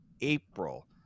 April